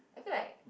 I feel like